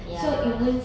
ya